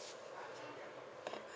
bye bye